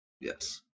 Yes